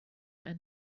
and